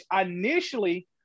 Initially